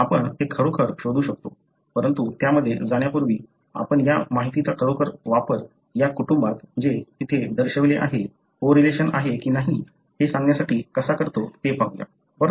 आपण ते खरोखर शोधू शकतो परंतु त्यामध्ये जाण्यापूर्वी आपण या माहितीचा खरोखर वापर या कुटुंबात जे येथे दर्शविलेले आहे कोरिलेशन आहे की नाही हे सांगण्यासाठी कसा करतो ते पाहूया बरोबर